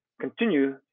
continue